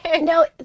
No